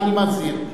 אני מזהיר.